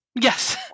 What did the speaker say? Yes